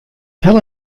tell